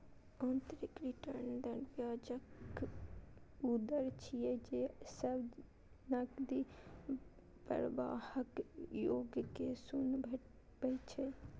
आंतरिक रिटर्न दर ब्याजक ऊ दर छियै, जे सब नकदी प्रवाहक योग कें शून्य बनबै छै